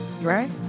Right